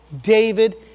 David